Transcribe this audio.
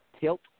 Tilt